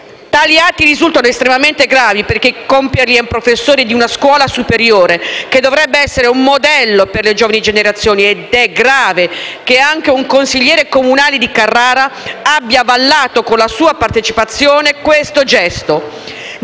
Tali atti risultano estremamente gravi perché a compierli è un professore di una scuola superiore che dovrebbe essere un modello per le giovani generazioni, ed è grave che anche un consigliere comunale di Carrara abbia avallato con la sua partecipazione questo gesto.